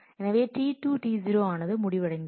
எனவே T2 T0 ஆனது முடிவடைந்தது